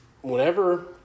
whenever